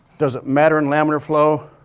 does it matter in laminar flow?